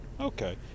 Okay